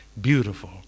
beautiful